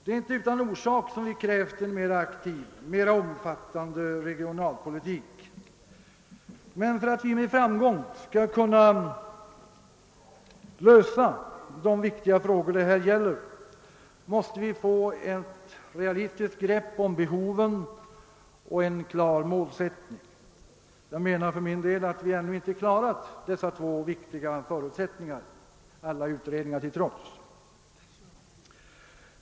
Det är inte utan orsak som vi krävt en mera aktiv, mera omfattande regionalpolitik. Men för att med framgång kunna lösa de viktiga frågor det här gäller behövs ett realistiskt grepp om behoven och en klar målsättning. Jag menar för min del att vi ännu inte klarat dessa två viktiga förutsättningar, alla utredningar till trots.